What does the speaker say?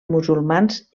musulmans